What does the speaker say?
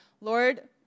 Lord